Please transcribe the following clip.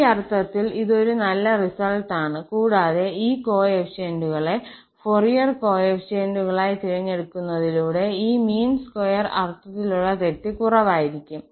ഈ അർത്ഥത്തിൽ ഇത് ഒരു നല്ല റിസൾട്ട് ആണ് കൂടാതെ ഈ കോഎഫിഷ്യന്റുകളെ ഫൊറിയർ കോഎഫിഷ്യന്റുകളായി തിരഞ്ഞെടുക്കുന്നതിലൂടെ ഈ മീൻ സ്ക്വയർ അർത്ഥത്തിലുള്ള തെറ്റ് കുറവായിരിക്കും